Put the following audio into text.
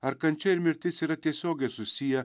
ar kančia ir mirtis yra tiesiogiai susiję